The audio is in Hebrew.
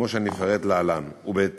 כך שאין לי באמת מה לענות לך,